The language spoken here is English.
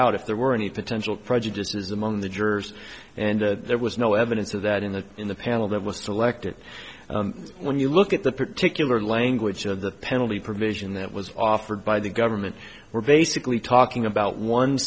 out if there were any potential prejudices among the jurors and there was no evidence of that in the in the panel that was selected when you look at the particular language of the penalty provision that was offered by the government we're basically talking about one